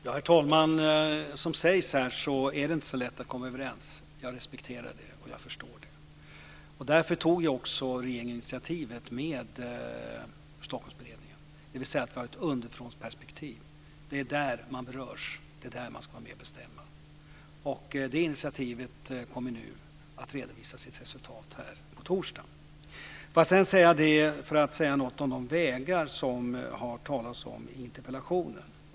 Herr talman! Det är inte så lätt att komma överens, precis som sägs här. Jag respekterar det, och jag förstår det. Därför tog också regeringen initiativet med Stockholmsberedningen. Där har vi ett underifrånperspektiv. Det är där man berörs, och det är där man ska vara med och bestämma. Det initiativet kommer att redovisa sitt resultat nu på torsdag. Låt mig sedan säga något om de vägar som har talats om i interpellationen.